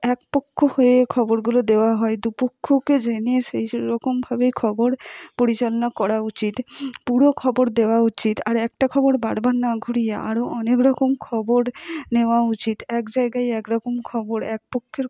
একপক্ষ হয়ে খবরগুলো দেওয়া হয় দু পক্ষকে জেনে সেই যেরকমভাবেই খবর পরিচালনা করা উচিত পুরো খবর দেওয়া উচিত আর একটা খবর বারবার না ঘুরিয়ে আরো অনেক রকম খবর নেওয়া উচিত এক জায়গায় এক রকম খবর একপক্ষের